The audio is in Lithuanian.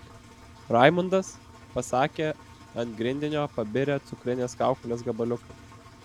raimundas pasakė ant grindinio pabirę cukrines kaukolės gabaliukai